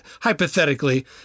hypothetically